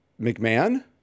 McMahon